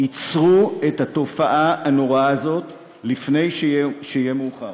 עצרו את התופעה הנוראה הזאת לפני שיהיה מאוחר.